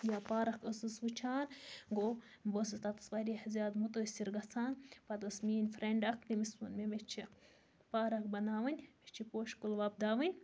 یا پارَک ٲسٕس وٕچھان گوٚو بہٕ ٲسٕس تتس واریاہ زیاد مُتٲثِر گَژھان پَتہٕ ٲسۍ میٲنٛۍ فرینڈ اکھ تٔمِس ووٚن مےٚ مےٚ چھِ پارَک بَناوٕنۍ مےٚ چھِ پوشہٕ کُلۍ وۄبداوٕنۍ